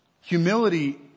Humility